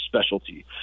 specialty